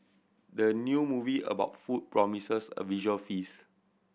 the new movie about food promises a visual feast